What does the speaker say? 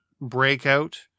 Breakout